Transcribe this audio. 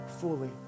fully